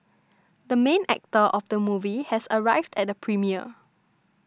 the main actor of the movie has arrived at the premiere